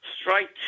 strike